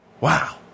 Wow